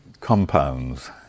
compounds